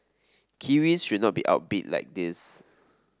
Kiwis should not be outbid like this